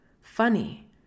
funny